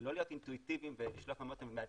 לא להיות אינטואיטיביים ולשלוף מהמותן למכור,